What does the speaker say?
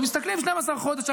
מסתכלים 12 חודשים.